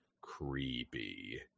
Creepy